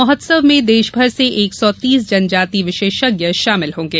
महोत्सव में देशभर से एक सौ तीस जनजाति विशेषज्ञ शामिल होंगे